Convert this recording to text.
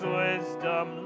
wisdom